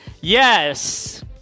Yes